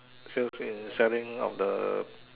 sales in selling of the